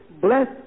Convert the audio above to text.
Bless